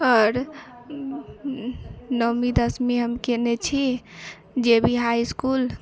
आओर नौंवी दसमी हम कयने छी जे बी हाई इसकुल